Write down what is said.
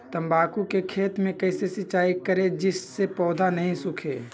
तम्बाकू के खेत मे कैसे सिंचाई करें जिस से पौधा नहीं सूखे?